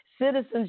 citizenship